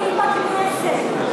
אתה האדם הכי הגיוני בכנסת.